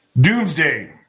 Doomsday